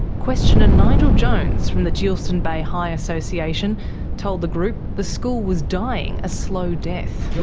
questioner nigel jones from the geilston bay high association told the group the school was dying a slow death.